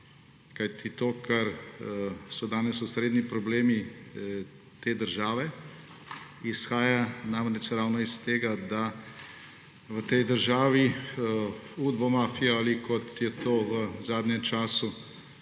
kajti to, kar so danes osrednji problemi te države, izhaja namreč iz tega, da v tej državi udbomafija ali, kot je to v zadnjem času